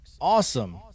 awesome